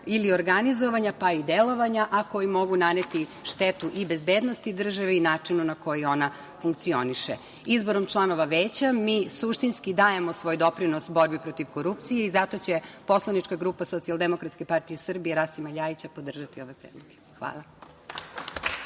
ili organizovanja, pa i delovanja a koji mogu naneti štetu i bezbednosti države i načinu na koji ona funkcioniše. Izborom članova Veća mi suštinski dajemo svoj doprinos borbi protiv korupcije i zato će poslanička grupa Socijaldemokratske partije Srbije Rasima Ljajića podržati ove predloge. Hvala.